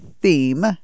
theme